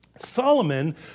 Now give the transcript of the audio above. Solomon